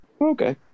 Okay